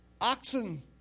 Oxen